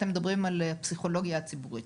אתם מדברים על הפסיכולוגיה הציבורית.